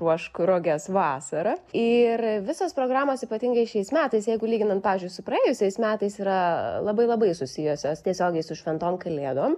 ruošk roges vasarą ir visos programos ypatingai šiais metais jeigu lyginant pavyzdžiui su praėjusiais metais yra labai labai susijusios tiesiogiai su šventom kalėdom